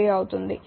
3 అవుతుంది